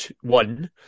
One